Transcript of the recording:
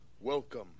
Welcome